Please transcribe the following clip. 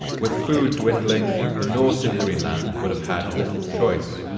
with food dwindling, the norse in greenland would have had little choice.